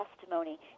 testimony